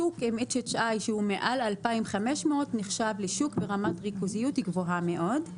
שוק עם HHI שהוא מעל 2500 נחשב לשוק ברמת ריכוזיות גבוהה מאוד.